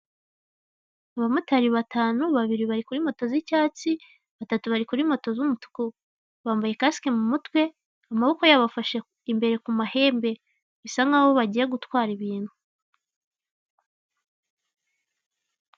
Abamotari batanu. Babiri bari kuri moto z'icyatsi batatu bari kuri moto z'umutuku, bambaye kasike mu mutwe, amaboko yabo afashe imbere ku mahembe. Bisa nk'aho bagiye gutwara ibintu.